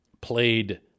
played